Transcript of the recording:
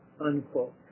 unquote